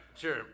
sure